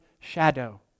shadow